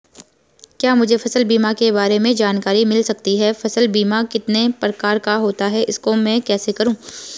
क्या मुझे फसल बीमा के बारे में जानकारी मिल सकती है फसल बीमा कितने प्रकार का होता है इसको मैं कैसे करूँ?